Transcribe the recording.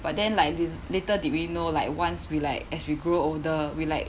but then like lit~ little did we know like once we like as we grew older we like